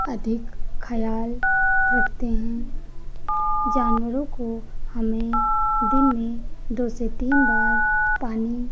अधिक खयाल रखते हैं जानवरों को हमें दिन में दो से तीन बार पानी